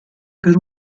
per